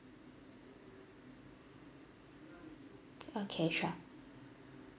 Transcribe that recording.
okay sure